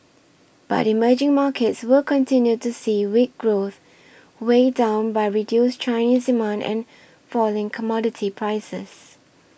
but emerging markets will continue to see weak growth weighed down by reduced Chinese demand and falling commodity prices